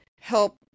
help